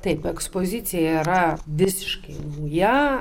taip ekspozicija yra visiškai nauja